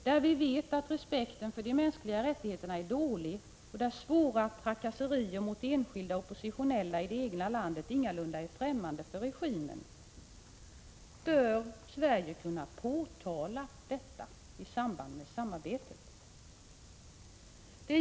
Där vi vet att respekten för de mänskliga rättigheterna är dålig och där svåra trakasserier mot enskilda oppositionella i det egna landet ingalunda är främmande för regimer med vilka Sverige samarbetar bör Sverige kunna påtala detta i samband med biståndssamarbetet.